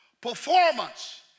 performance